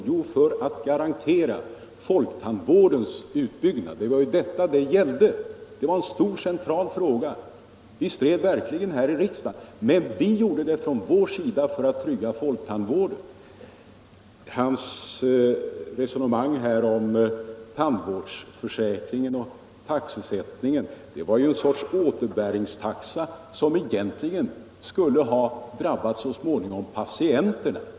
Jo, för att garantera folktandvårdens utbyggnad. Det var en stor och central fråga. Vi stred verkligen från vårt håll här i riksdagen för att trygga denna reform. | Herr Carlshamres resonemang om taxesättningen och tandvårdsförsäkringen syftar på en sorts återbäringstaxa som i själva verket skulle ha drabbat patienterna.